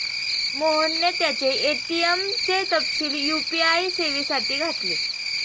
मोहनने त्याचे ए.टी.एम चे तपशील यू.पी.आय सेवेसाठी घातले